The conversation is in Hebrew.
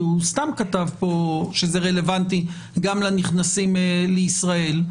כי הוא סתם כתב פה שזה רלוונטי גם לנכנסים לישראל,